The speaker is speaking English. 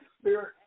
Spirit